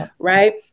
right